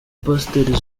pasiteri